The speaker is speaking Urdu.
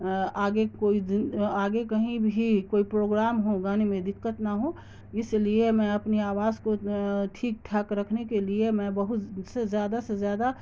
آگے کوئی آگے کہیں بھی کوئی پروگرام ہو گانے میں دقت نہ ہو اس لیے میں اپنی آواز کو ٹھیک ٹھاک رکھنے کے لیے میں بہت سے زیادہ سے زیادہ